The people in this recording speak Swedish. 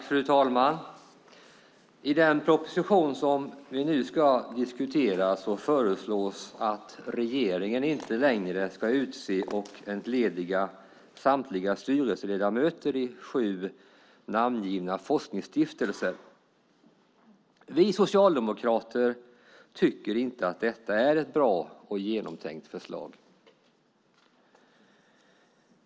Fru talman! I den proposition vi nu ska diskutera föreslås att regeringen inte längre ska utse och entlediga samtliga styrelseledamöter i sju namngivna forskningsstiftelser. Vi socialdemokrater tycker inte att detta är ett bra och genomtänkt förslag.